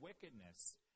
wickedness